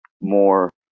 more